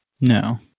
No